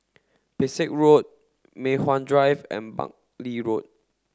Pesek Road Mei Hwan Drive and Buckley Road